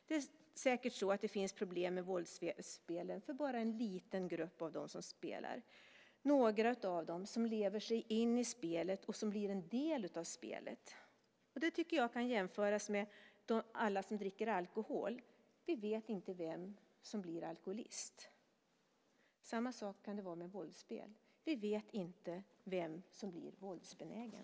Det är säkert så att det finns problem med våldsspelen för bara en liten grupp av dem som spelar, några av dem som lever sig in i spelet och blir en del av spelet. Och det, tycker jag, kan jämföras med alla som dricker alkohol. Vi vet inte vem som blir alkoholist. Samma sak kan det vara med våldsspel. Vi vet inte vem som blir våldsbenägen.